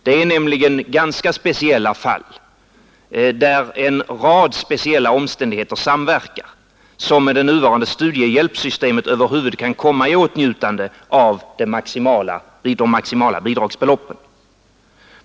Det är nämligen ganska speciella fall, där en rad speciella omständigheter samverkar, som med det nuvarande studiehjälpssystemet över huvud taget kan komma i åtnjutande av de maximala bidragsbeloppen.